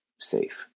safe